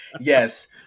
Yes